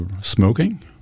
smoking